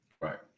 Right